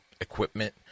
equipment